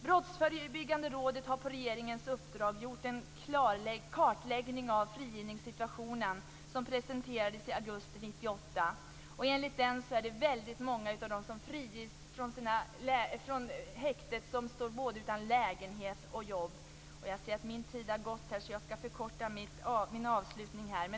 Brottsförebyggande rådet har på regeringens uppdrag gjort en kartläggning av frigivningssituationen, som presenterades i augusti 1998. Enligt denna står väldigt många av dem som friges från häktet utan lägenhet och jobb. Jag ser att min taletid har gått ut, och jag skall därför förkorta mitt anförande.